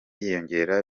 yiyongera